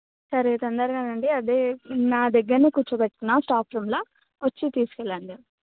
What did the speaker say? సరే తొందరగా రండి అదే నా దగ్గర్నే కూర్చో పెట్టుకున్నా స్టాఫ్ రూంలా వచ్చి తీసుకెళ్ళండి